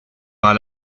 par